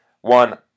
one